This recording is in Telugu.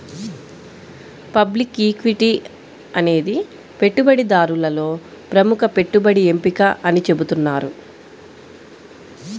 పబ్లిక్ ఈక్విటీ అనేది పెట్టుబడిదారులలో ప్రముఖ పెట్టుబడి ఎంపిక అని చెబుతున్నారు